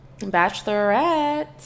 bachelorette